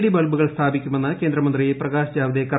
D ബൾബുകൾ സ്ഥാപിക്കുമെന്ന് കേന്ദ്രമന്ത്രി പ്രകാശ് ജാവ്ദേക്കർ